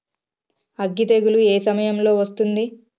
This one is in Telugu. అగ్గి తెగులు ఏ సమయం లో వస్తుంది?